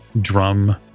drum